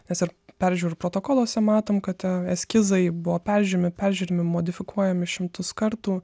nes ir peržiūrų protokoluose matom kad ten eskizai buvo peržiūrimi peržiūrimi modifikuojami šimtus kartų